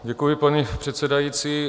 Děkuji, paní předsedající.